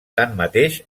tanmateix